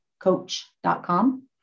coach.com